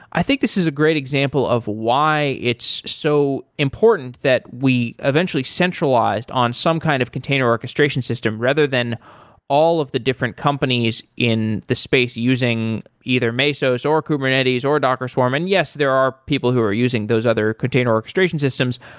i think this is a great example of why it's so important that we eventually centralized on some kind of container orchestration system rather than all of the different companies in the space using either mesos or kubernetes or docker swarm, and yes, there are people who are using those other container orchestration systems,